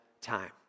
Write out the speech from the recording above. time